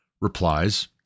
replies